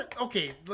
okay